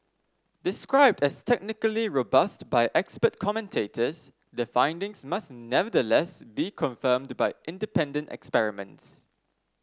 described as technically robust by expert commentators the findings must nevertheless be confirmed by independent experiments